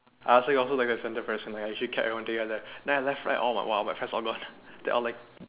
I actually also like a centre person I actually kept everyone together then I left right all like !wah! then my friends all gone they all left